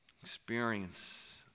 experience